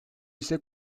ise